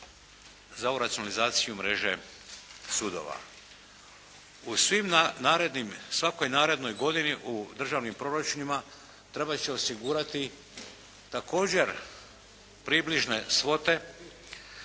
za ovu racionalizaciju mreže sudova. U svim narednim, svakoj narednoj godini u državnim proračunima trebat će osigurati također približne svote